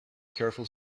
careful